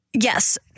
Yes